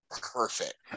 perfect